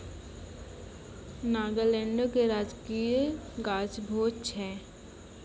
नागालैंडो के राजकीय गाछ भोज छै